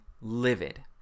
livid